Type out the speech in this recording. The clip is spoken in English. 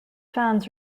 fans